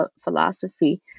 philosophy